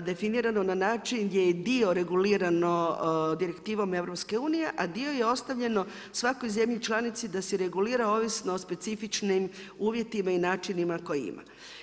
definirano na način gdje je dio regulirano direktivom EU, a dio je ostavljeno svakoj zemlji članici da si regulira ovisni o specifičnim uvjetima i načinima koje ima.